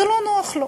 זה לא נוח לו,